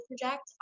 project